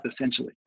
essentially